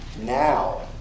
now